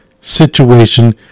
situation